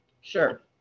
Sure